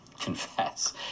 confess